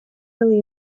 early